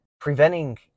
preventing